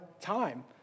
time